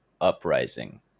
uprising